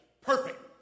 perfect